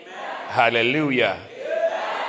Hallelujah